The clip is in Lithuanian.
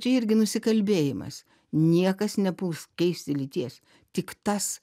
čia irgi nusikalbėjimas niekas nepuls keisti lyties tik tas